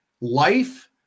Life